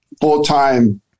full-time